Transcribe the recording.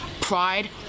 Pride